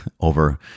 over